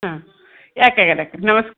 ಹಾಂ